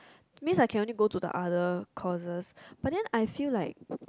means I can only go into like other courses but then I feel like